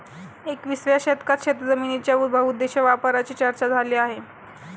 एकविसाव्या शतकात शेतजमिनीच्या बहुउद्देशीय वापराची चर्चा झाली आहे